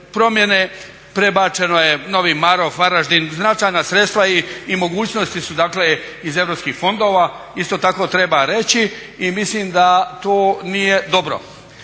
Prebačeno je Novi Marof, Varaždin značajna sredstva i mogućnosti su, dakle iz europskih fondova. Isto tako treba reći i mislim da to nije dobro.